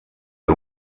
per